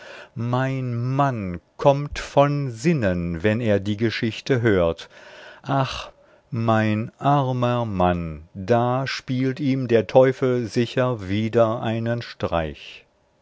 mein mann kommt von sinnen wenn er die geschichte hört ach mein armer mann da spielt ihm der teufel sicher wieder einen streich